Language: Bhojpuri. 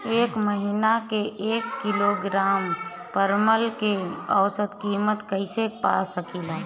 एक महिना के एक किलोग्राम परवल के औसत किमत कइसे पा सकिला?